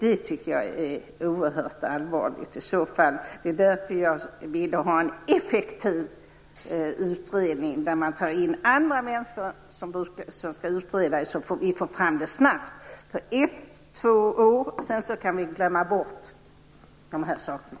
Det tycker jag i så fall är oerhört allvarligt. Det är därför jag vill ha en effektiv utredning där man tar in andra människor som skall utreda, så att vi får fram det snabbt. Det handlar om 1-2 år. Sedan kan vi glömma bort de här sakerna.